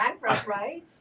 right